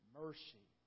mercy